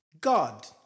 God